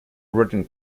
written